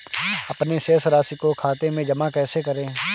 अपने शेष राशि को खाते में जमा कैसे करें?